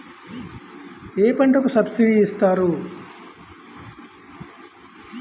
ఏ పంటకు సబ్సిడీ ఇస్తారు?